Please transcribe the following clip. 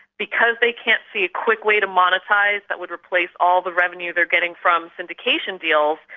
because they can't see a quick way to monetise that would replace all the revenue they're getting from syndication deals,